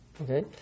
okay